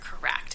correct